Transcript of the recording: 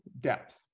depth